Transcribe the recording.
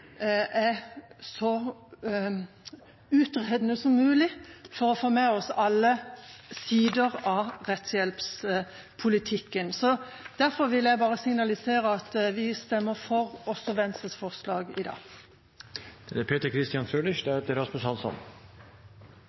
så mye som mulig for å få med oss alle sider av rettshjelpspolitikken. Derfor vil jeg signalisere at vi stemmer for Venstres forslag i dag. Også Høyre er enig i at det